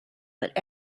but